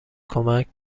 کمک